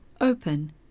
Open